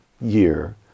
year